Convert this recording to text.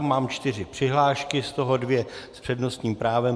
Mám čtyři přihlášky, z toho dvě s přednostním právem.